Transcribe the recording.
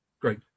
great